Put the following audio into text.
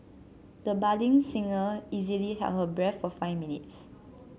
the budding singer easily held her breath for five minutes